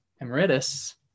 emeritus